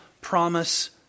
promise